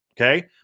Okay